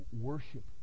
worship